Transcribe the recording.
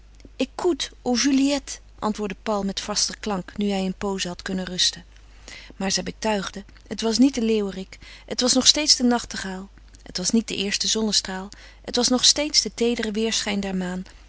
ecoute o juliette antwoordde paul met vaster klank nu hij een pooze had kunnen rusten maar zij betuigde het was niet de leeuwerik het was nog steeds de nachtegaal het was niet de eerste zonnestraal het was nog steeds de teedere weêrschijn der maan